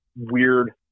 weird